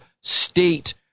state